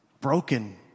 broken